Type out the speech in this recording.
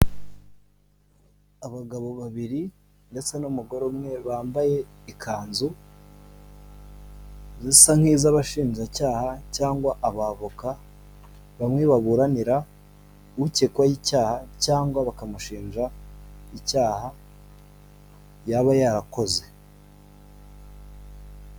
Abagabo babiri ndetse n'umugore umwe bambaye ikanzu zisa nk'izabashinjacyaha cyangwa abavoka bamwe baburanira ukekwaho icyaha cyangwa bakamushinja icyaha yaba yarakoze.